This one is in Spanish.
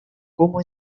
como